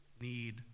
need